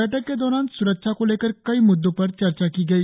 बैठक के दौरान स्रक्षा को लेकर कई मुद्दो पर चर्चा की गई